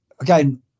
Again